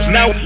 Now